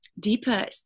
Deeper